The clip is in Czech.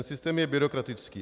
Systém je byrokratický.